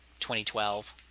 2012